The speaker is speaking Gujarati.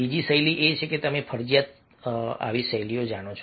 બીજી શૈલી એ છે કે તમે ફરજિયાત શૈલી જાણો છો